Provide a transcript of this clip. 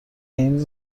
این